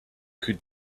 could